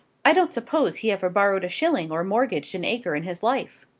i don't suppose he ever borrowed a shilling or mortgaged an acre in his life.